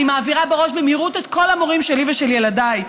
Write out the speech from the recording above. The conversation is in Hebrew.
אני מעבירה בראש במהירות את כל המורים שלי ושל ילדיי,